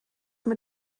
mit